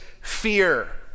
fear